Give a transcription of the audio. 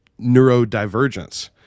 neurodivergence